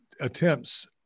attempts